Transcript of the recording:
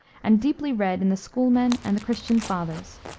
and deeply read in the schoolmen and the christian fathers.